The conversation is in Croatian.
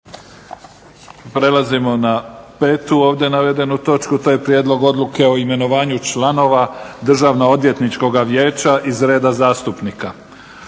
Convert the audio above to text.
Prelazimo na 5. ovdje navedenu točku, to je - Prijedlog odluke o imenovanju članova Državnoodvjetničkog vijeća iz reda zastupnika